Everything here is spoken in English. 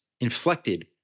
inflected